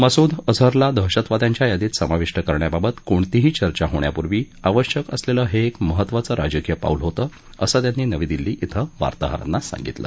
मसूद अझहरला दहशतवाद्यांच्या यादीत समाविष्ट करण्याबाबत कोणतीही चर्चा होण्यापूर्वी आवश्यक असलेलं हे एक महत्त्वाचं राजकीय पाऊल होतं असं त्यांनी नवी दिल्ली इथं वार्ताहरांना सांगितलं